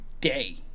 day